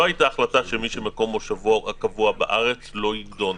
לא הייתה החלטה שמי שמקום מושבו הקבוע בארץ לא יידון.